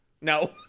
No